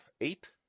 eight